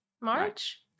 March